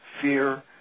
fear